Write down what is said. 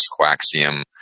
quaxium